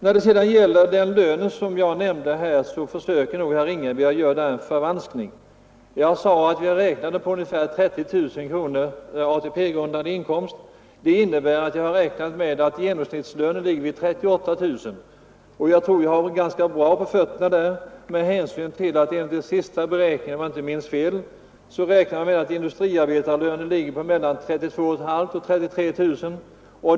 När det sedan gäller den inkomst som jag utgick ifrån gjorde nog herr Ringaby ett försök till förvanskning. Jag talade om en ATP-grundande inkomst på 30 000 kronor. Jag har då räknat med att den genomsnittliga bruttolönen ligger på 38 000 kronor. Jag tror att denna uppgift är ganska säker med hänsyn till att den genomsnittliga industriarbetarlönen enligt de senaste beräkningarna om jag inte minns fel ligger mellan 32 500 och 33 000 kronor.